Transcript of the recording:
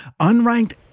Unranked